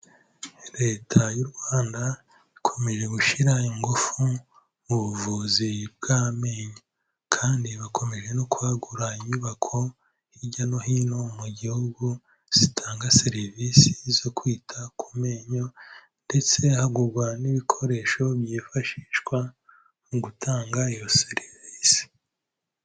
Leta y'u Rwanda ikomeje gushyira ingufu mu buvuzi bw'amenyo kandi bakomeje no kwagura inyubako hirya no hino mu gihugu, zitanga serivisi zo kwita ku menyo ndetse hagurwa n'ibikoresho byifashishwa mu gutanga iyo serivisi.